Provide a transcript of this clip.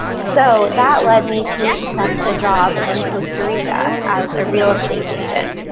so that led me to accept a job in costa rica as a real estate agent.